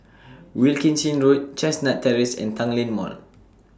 Wilkinson Road Chestnut Terrace and Tanglin Mall